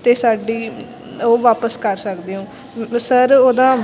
ਅਤੇ ਸਾਡੀ ਉਹ ਵਾਪਸ ਕਰ ਸਕਦੇ ਹੋ ਸਰ ਉਹਦਾ